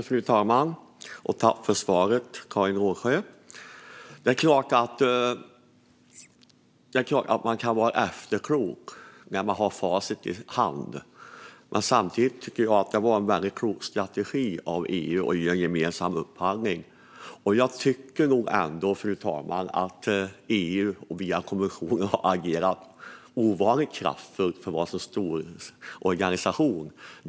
Fru talman! Jag tackar för svaret, Karin Rågsjö. Det är klart att man kan vara efterklok när man har facit i hand. Samtidigt tycker jag att det var en klok strategi av EU att göra en gemensam upphandling. Jag tycker nog ändå, fru talman, att EU via kommissionen har agerat ovanligt kraftfullt för att vara en så stor organisation.